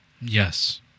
Yes